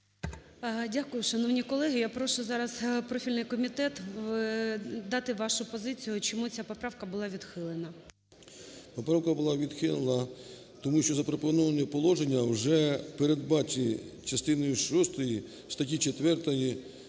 Дякую, шановні колеги. Я прошу зараз профільний комітет дати вашу позицію, чому ця поправка була відхилена. 13:13:53 ПАЛАМАРЧУК М.П. Поправка була відхилена, тому що запропоновані положення вже передбачені частиною шостою статті